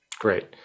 Great